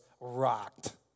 rocked